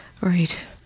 right